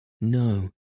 no